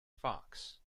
fox